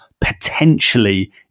potentially